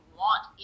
want